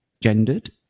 gendered